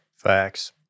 facts